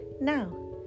now